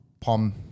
pom